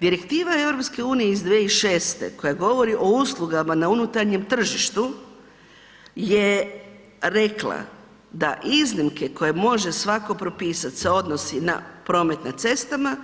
Direktiva EU iz 2006. koja govori o uslugama na unutarnjem tržištu je rekla da iznimke koje može svatko propisati se odnosi na promet na cestama,